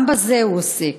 גם בזה הוא עוסק.